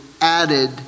added